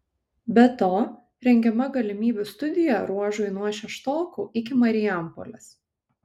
be to rengiama galimybių studija ruožui nuo šeštokų iki marijampolės